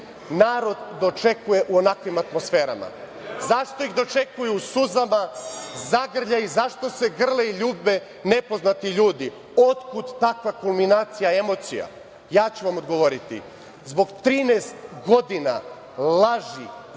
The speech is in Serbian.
narod dočekuje u onakvim atmosferama? Zašto ih dočekuju u suzama, zagrljaji, zašto se grle i ljube nepoznati ljudi? Otkud takva kulminacija emocija? Ja ću vam odgovoriti. Zbog 13 godina laži